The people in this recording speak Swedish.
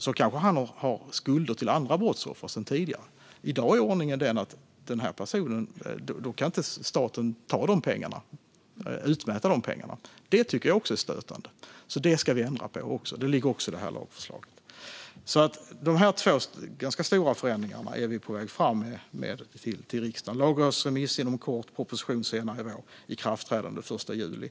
Har han sedan tidigare skulder till andra brottsoffer är ordningen i dag att staten inte kan utmäta dessa pengar, och det är stötande. Det ska vi ändra på, och det ligger också i detta lagförslag. De här två ganska stora förändringarna är vi på väg fram med till riksdagen. Det blir lagrådsremiss inom kort, proposition senare i vår och ikraftträdande den 1 juli.